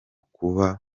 kuba